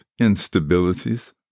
instabilities